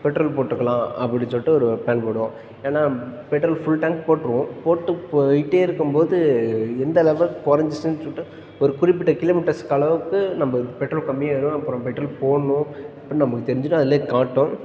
petrol போட்டுக்கலாம் அப்படி சொல்லிட்டு ஒரு ப்ளான் போடுவோம் ஏன்னா பெட்ரோல் ஃபுல் டேங்க் போட்டுருவோம் போட்டுப் போய்ட்டே இருக்கும் போது எந்தளவு குறைஞ்சிச்சுனு சொல்லிட்டு ஒரு குறிப்பிட்ட கிலோமீட்டர்ஸுக்கு அளவுக்கு நம்ம பெட்ரோல் கம்மியாகிரும் அப்புறம் பெட்ரோல் போடணும் அப்படின்னு நமக்குத் தெரிஞ்சிடும் அதிலேயும் காட்டும்